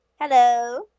Hello